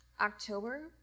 October